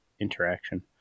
interaction